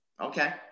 Okay